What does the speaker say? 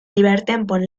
libertempon